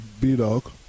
B-Dog